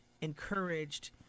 encouraged